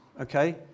Okay